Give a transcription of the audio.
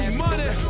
money